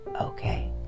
okay